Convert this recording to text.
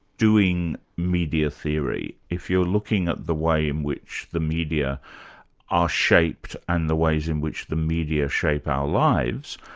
doing media theory, if you're looking at the way in which the media are shaped and the ways in which the media shape our lives,